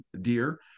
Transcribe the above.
deer